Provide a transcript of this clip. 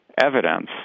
evidence